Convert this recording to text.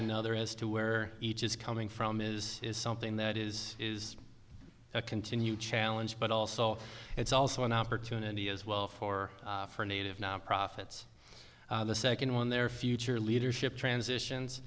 another as to where each is coming from is is something that is is a continue challenge but also it's also an opportunity as well for for native nonprofits the second one their future leadership transitions